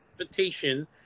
invitation